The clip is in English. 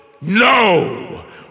No